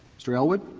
mr. elwood.